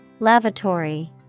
Lavatory